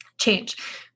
change